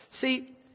See